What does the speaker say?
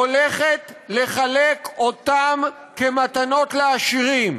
הולכת לחלק אותם כמתנות לעשירים,